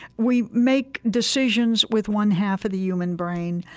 we make decisions with one-half of the human brain,